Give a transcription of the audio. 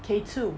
K-two